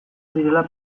direla